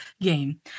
game